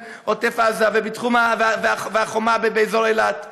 על עוטף עזה והחומה באזור אילת,